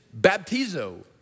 baptizo